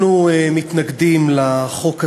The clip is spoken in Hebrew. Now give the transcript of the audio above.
אנחנו מתנגדים לחוק הזה,